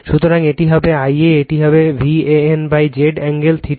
সুতরাং এটি হবে I a এটি হবে VAN Z অ্যাঙ্গেল θ